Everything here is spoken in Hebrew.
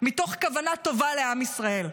מתוך כוונה טובה לעם ישראל,